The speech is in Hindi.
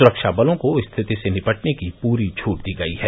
सुख्ता बलों को स्थिति से निपटने की पूरी छूट दी गई है